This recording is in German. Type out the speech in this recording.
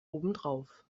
obendrauf